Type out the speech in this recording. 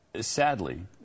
Sadly